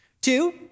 Two